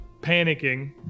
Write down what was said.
panicking